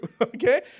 okay